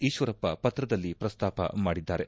ಈಶ್ವರಪ್ಪ ಪತ್ರದಲ್ಲಿ ಪ್ರಸ್ತಾಪ ಮಾಡಿದ್ದಾರೆ